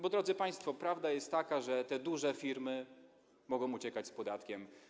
Bo drodzy państwo, prawda jest taka, że te duże firmy mogą uciekać z podatkiem.